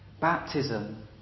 Baptism